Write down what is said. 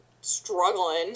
struggling